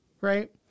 Right